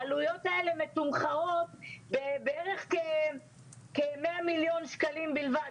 העלויות האלה מתומחרות בכ-100 מיליון שקלים בלבד,